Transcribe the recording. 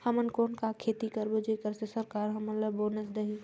हमन कौन का खेती करबो जेकर से सरकार हमन ला बोनस देही?